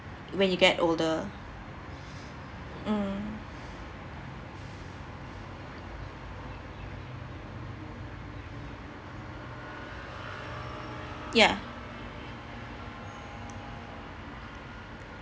when you get older mm ya